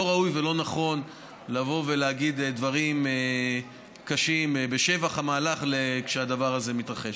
לא ראוי ולא נכון לבוא ולהגיד דברים קשים בשבח המהלך כשהדבר הזה מתרחש.